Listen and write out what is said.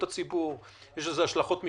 לא מעדכנים את הציבור שהמידע שלו אנשים